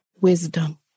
wisdom